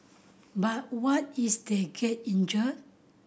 but what is they get injured